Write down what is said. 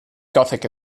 gothic